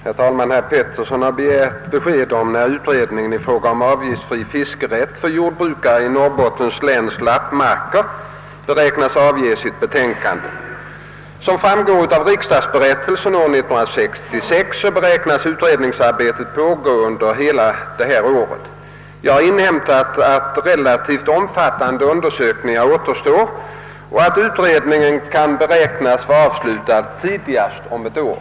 Herr talman! Herr Petersson har begärt besked om när utredningen i fråga om avgiftsfri fiskerätt för jordbrukare i Norrbottens läns lappmarker beräknas avge sitt betänkande, Såsom framgår av riksdagsberättelsen år 1966 beräknas utredningsarbetet pågå under hela detta år. Jag har inhämtat att relativt omfattande undersökningar återstår och att utredningen kan beräknas vara avslutad tidigast om ett år.